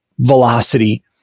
velocity